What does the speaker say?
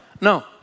No